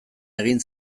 egin